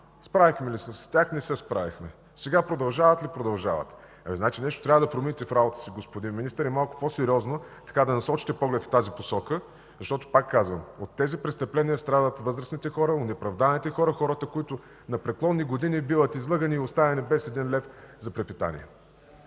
Справихме ли се с тях? Не се справихме. Сега продължават ли? Продължават. Значи нещо трябва да промените в работата си, господин Министър, и малко по-сериозно да насочите поглед в тази посока, защото, пак казвам, от тези престъпления страдат възрастните, онеправданите хора, които на преклонна възраст биват излъгани и оставени без един лев за препитание.